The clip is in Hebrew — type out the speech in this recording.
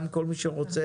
עם כל מי שרוצה.